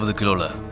but kerala